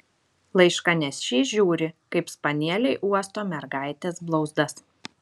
laiškanešys žiūri kaip spanieliai uosto mergaitės blauzdas